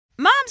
Moms